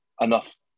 enough